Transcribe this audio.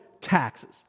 taxes